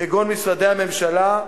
כגון משרדי הממשלה,